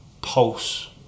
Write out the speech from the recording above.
Pulse